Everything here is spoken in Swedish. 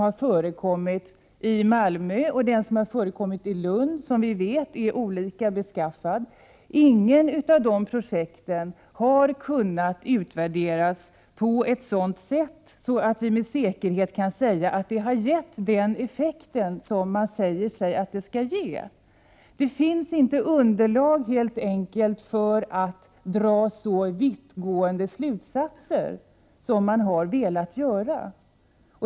1988/89:105 Malmö och Lund, som vi vet är olika, inte har kunnat utvärderas på ett sådant 27 april 1989 sätt att man med säkerhet kan säga att det har blivit den påstådda effekten. Det finns helt enkelt inte underlag för att dra så vittgående slutsatser som man har velat göra.